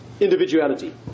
Individuality